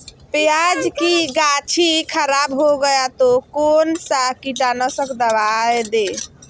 प्याज की गाछी खराब हो गया तो कौन सा कीटनाशक दवाएं दे?